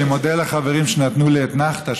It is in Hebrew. אני מודה לחברים שנתנו לי אתנחתה,